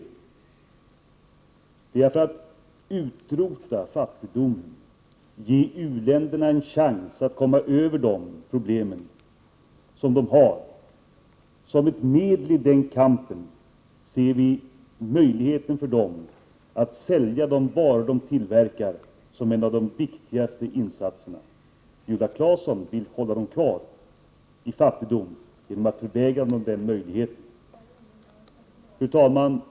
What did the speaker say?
Det är som ett medel i kampen för att utrota fattigdomen och ge u-länderna en chans att komma ur de problem de har som vi ser möjligheten för dem att sälja de varor de producerar som en av de viktigaste insatserna. Viola Claesson vill hålla dem kvar i fattigdom genom att förvägra dem den möjligheten. Fru talman!